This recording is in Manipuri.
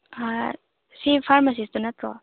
ꯁꯤ ꯐꯥꯔꯃꯥꯁꯤꯁꯇꯣ ꯅꯠꯇ꯭ꯔꯣ